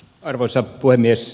arvoisa puhemies